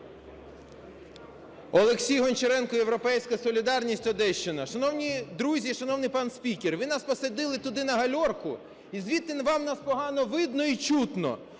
Олексій Гончаренко, "Європейська Солідарність", Одещина. Шановні друзі і шановний пан спікер! Ви нас посадили туди, на гальорку, і звідти вам нас погано видно і чутно,